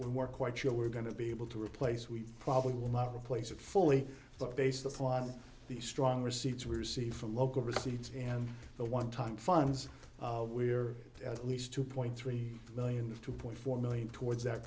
were quite sure were going to be able to replace we probably will not replace it fully but based upon the strong receipts we receive from local receipts and the onetime funds we are at least two point three million two point four million towards that